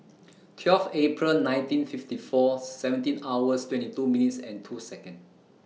twelve April nineteen fifty four seventeen hours twenty two minutes and two Second